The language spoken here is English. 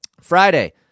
Friday